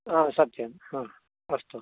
ह सत्यं अस्तु